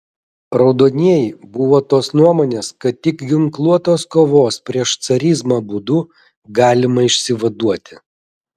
raudonieji buvo tos nuomonės kad tik ginkluotos kovos prieš carizmą būdu galima išsivaduoti